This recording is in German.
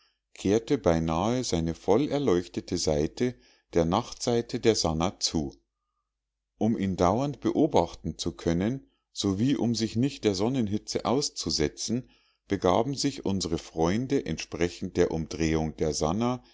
kehrte beinahe seine volle erleuchtete seite der nachtseite der sannah zu um ihn dauernd beobachten zu können sowie um sich nicht der sonnenhitze auszusetzen begaben sich unsre freunde entsprechend der umdrehung der sannah